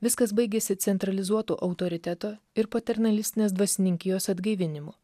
viskas baigėsi centralizuotu autoriteto ir paternalistinės dvasininkijos atgaivinimu